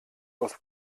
aus